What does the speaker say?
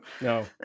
no